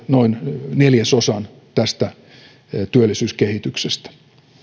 noin neljäsosan tästä työllisyyskehityksestä